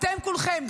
אתם כולכם,